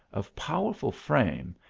of powerful frame,